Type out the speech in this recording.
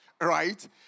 right